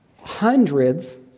hundreds